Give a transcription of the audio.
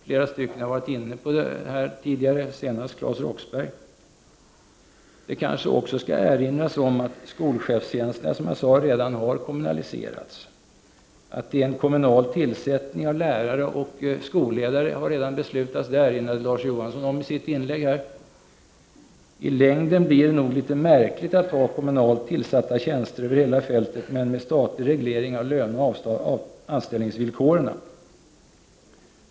Flera talare har varit inne på det tidigare, senast Claes Roxbergh. Det kanske också skall erinras om att skolchefstjänsterna, som jag sade, redan har kommunaliserats. Att det skall vara en kommunal tillsättning av lärare och skolledare har redan beslutats. Det erinrade Larz Johansson om i sitt inlägg. I längden blir det nog litet märkligt att ha kommunalt tillsatta tjänster över hela fältet, men med statlig reglering av löneoch anställningsvillkoren.